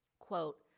quote,